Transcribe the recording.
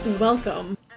Welcome